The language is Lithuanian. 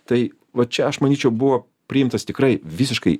tai va čia aš manyčiau buvo priimtas tikrai visiškai